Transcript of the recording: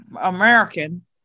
American